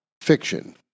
fiction